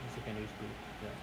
in secondary school ya